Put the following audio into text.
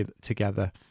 together